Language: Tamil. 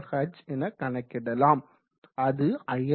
h எனக் கணக்கிடலாம் அது 5991